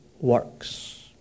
works